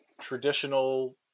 traditional